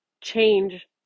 change